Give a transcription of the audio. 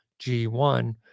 G1